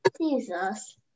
Jesus